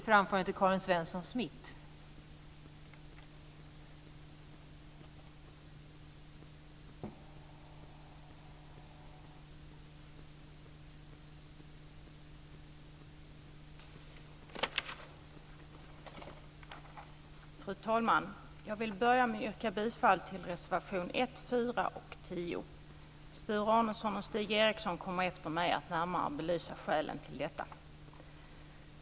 Fru talman! Jag vill börja med att yrka bifall till reservationerna 1, 4 och 10. Sture Arnesson och Stig Eriksson kommer efter mig att närmare belysa skälen till detta.